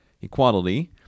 Equality